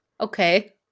Okay